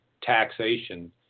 taxation